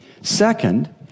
Second